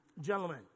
Gentlemen